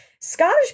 Scottish